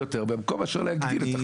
יש פה בעיה.